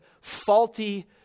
faulty